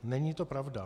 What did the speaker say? Není to pravda.